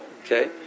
Okay